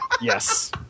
yes